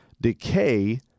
decay